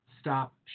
stop